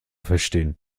verstehen